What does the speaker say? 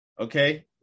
okay